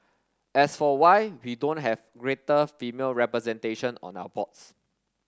as for why we don't have greater female representation on our boards